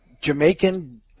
Jamaican